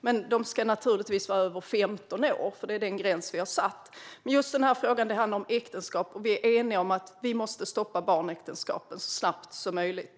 De ska naturligtvis vara över 15 år, för det är den gräns vi har satt. Just den här frågan handlar om äktenskap, och vi är eniga om att vi måste stoppa barnäktenskap så snabbt som möjligt.